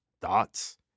thoughts